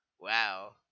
wow